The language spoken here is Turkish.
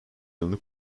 yılını